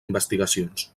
investigacions